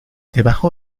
debajo